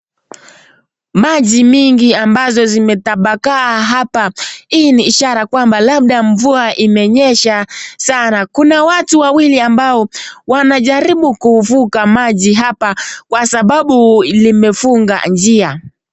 Maji mingi ambazo zimetabakaa hapa. Hii ni ishara kwamba labda mvua imenyesha sana. Kuna watu wawili ambao wanajaribu kuvuka maji hapa kwa sababu limefunga njia.